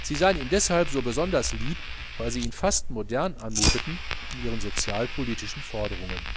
sie seien ihm deshalb besonders lieb weil sie ihn fast modern anmuteten in ihren sozialpolitischen forderungen